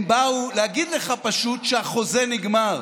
הם באו להגיד לך פשוט שהחוזה נגמר.